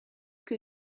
que